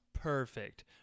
perfect